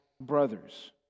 brothers